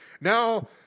Now